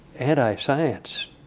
anti-science